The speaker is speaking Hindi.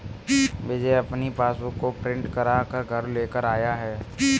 विजय अपनी पासबुक को प्रिंट करा कर घर लेकर आया है